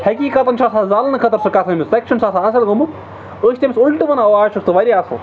حٔقیٖقتاً چھُ آسان زالنہٕ خٲطرٕ سُہ کَتھ أمِس ژَکہِ چھُنہٕ آسان اَصٕل گوٚمُت أسۍ چھِ تٔمِس اُلٹہٕ وَنان اَز چھُکھ ژٕ واریاہ اَصٕل